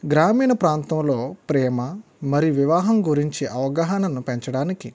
గ్రామీణ ప్రాంతంలో ప్రేమ మరియు వివాహం గురించి అవగాహనను పెంచడానికి